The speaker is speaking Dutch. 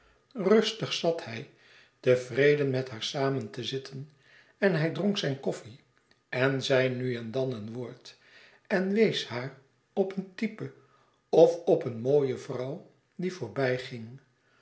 rustig zat hij tevreden met haar samen te zitten en hij dronk zijn koffie en zei nu en dan een woord en wees haar op een type of op een mooie vrouw die